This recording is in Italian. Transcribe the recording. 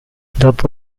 dopo